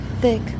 thick